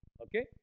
okay